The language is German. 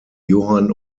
johann